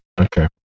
Okay